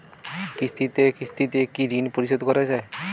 কিস্তিতে কিস্তিতে কি ঋণ পরিশোধ করা য়ায়?